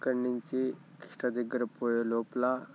అక్కడి నుంచి కిష్ట దగ్గర పోయే లోపల